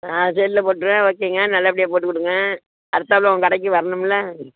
ஆ செல்லில் போட்டு விடுறேன் வச்சுக்கிங்க நல்லபடியாக போட்டு விடுங்க அடுத்தாப்பில உங்கள் கடைக்கும் வரணுமில